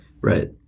Right